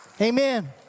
Amen